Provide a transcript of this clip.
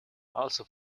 also